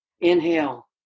inhale